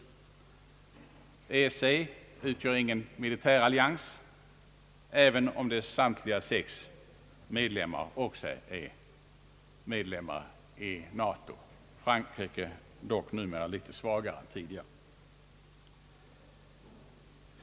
EEC utgör ingen militärallians, även om samtliga dess sex medlemmar också tillhör NATO; Frankrike dock numera litet lösare än tidigare.